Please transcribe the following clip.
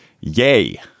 yay